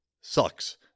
sucks